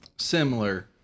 Similar